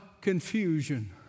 confusion